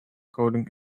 coding